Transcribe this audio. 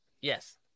Yes